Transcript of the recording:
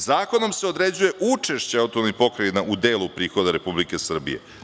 Zakonom se određuje učešće autonomnih pokrajina u delu prihoda Republike Srbije.